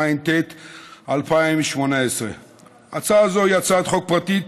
התשע"ט 2018. הצעה זו היא הצעת חוק פרטית